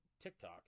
TikTok